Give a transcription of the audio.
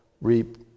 reap